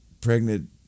pregnant